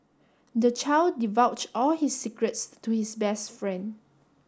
the child divulged all his secrets to his best friend